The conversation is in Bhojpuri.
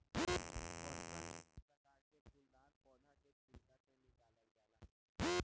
पटसन एक तरह के फूलदार पौधा के छिलका से निकालल जाला